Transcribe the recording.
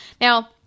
now